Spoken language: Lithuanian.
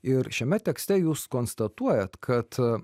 ir šiame tekste jūs konstatuojat kad